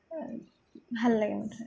ভাল লাগে মুঠতে